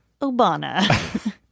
Obana